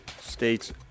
state's